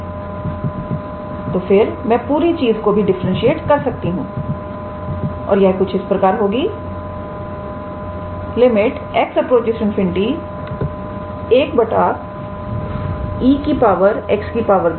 और तो फिर मैं पूरी चीज को भी डिफरेंटशिएट कर सकती हूं और यह कुछ इस प्रकार होगीx∞ 1 𝑒 𝑥2 𝑥2𝑥𝑒 𝑥2